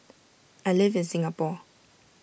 I live in Singapore